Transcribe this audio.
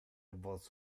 vos